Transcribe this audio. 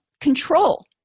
Control